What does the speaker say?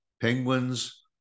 penguins